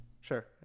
Sure